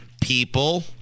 people